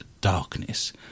darkness